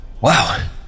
Wow